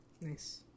nice